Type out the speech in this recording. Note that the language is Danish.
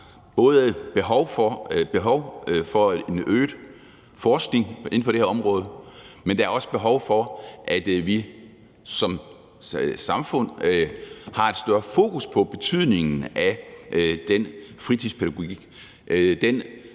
klart behov for en øget forskning på det her område, men der er også behov for, at vi som samfund har et større fokus på betydningen af den fritidspædagogik